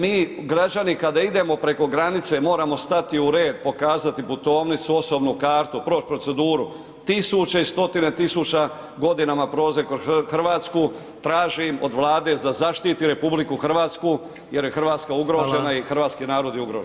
Mi građani kada idemo preko granice, moramo stati u red, pokazati putovnicu, osobnu kartu, proć proceduru, tisuće i stotine tisuća godinama prolaze kroz Hrvatsku, tražim od Vlade da zaštiti RH jer je Hrvatska ugrožena i hrvatski narod je ugrožen.